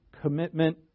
commitment